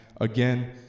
again